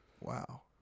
Wow